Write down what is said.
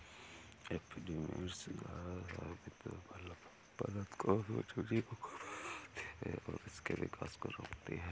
epidermis द्वारा स्रावित बलगम परत जो सूक्ष्मजीवों को फंसाती है और उनके विकास को रोकती है